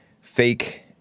fake